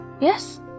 Yes